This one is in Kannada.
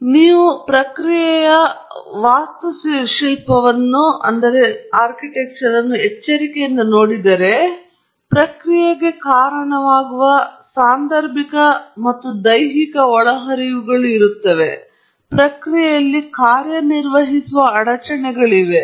ಆದ್ದರಿಂದ ನೀವು ಪ್ರಕ್ರಿಯೆಯ ವಾಸ್ತುಶಿಲ್ಪವನ್ನು ಎಚ್ಚರಿಕೆಯಿಂದ ನೋಡಿದರೆ ಪ್ರಕ್ರಿಯೆಗೆ ಕಾರಣವಾಗುವ ಸಾಂದರ್ಭಿಕ ಮತ್ತು ದೈಹಿಕ ಒಳಹರಿವುಗಳಾಗಿದ್ದು ನಂತರ ಪ್ರಕ್ರಿಯೆಯಲ್ಲಿ ಕಾರ್ಯನಿರ್ವಹಿಸುವ ಅಡಚಣೆಗಳಿವೆ